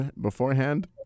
beforehand